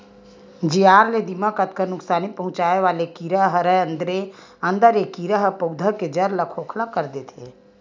जियार या दिमक अतका नुकसानी पहुंचाय वाले कीरा हरय अंदरे अंदर ए कीरा ह पउधा के जर ल खोखला कर देथे